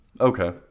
Okay